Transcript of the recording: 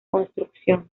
construcción